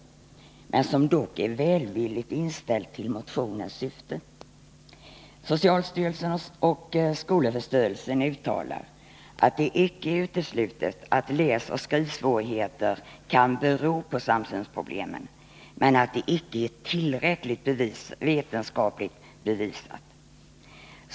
Landstingsförbundet är dock välvilligt inställt till motionens syfte. 45 Socialstyrelsen och skolöverstyrelsen uttalar att det icke är uteslutet att läsoch skrivsvårigheter kan bero på samsynsproblem, men att det icke är tillräckligt vetenskapligt bevisat.